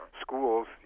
schools